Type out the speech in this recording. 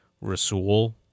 Rasul